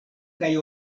kaj